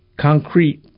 concrete